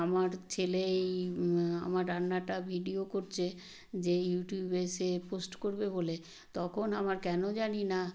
আমার ছেলে এই আমার রান্নাটা ভিডিও করছে যে ইউটিউবে সে পোস্ট করবে বলে তখন আমার কেন জানি না